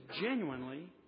genuinely